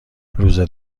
روزه